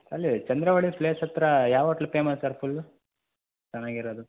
ಅಲ್ಲಿ ಚಂದ್ರವಳ್ಳಿ ಪ್ಲೇಸ್ ಹತ್ರಾ ಯಾವ ಓಟ್ಲು ಪೇಮಸ್ ಸರ್ ಫುಲ್ಲು ಚೆನ್ನಾಗಿರೋದು